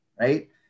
right